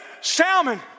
Salmon